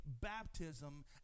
baptism